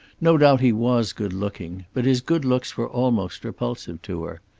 no doubt he was good-looking but his good-looks were almost repulsive to her.